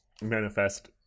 manifest